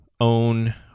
own